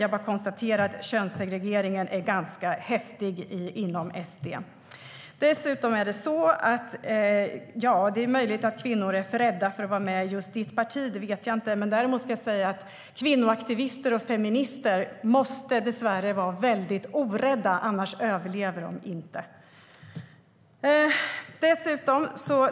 Jag bara konstaterar att könssegregeringen är ganska häftig inom SD. Det är möjligt att kvinnor är för rädda för att vara med i just ditt parti. Det vet jag inte. Däremot ska jag säga att kvinnoaktivister och feminister dessvärre måste vara väldigt orädda, annars överlever de inte.